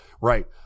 Right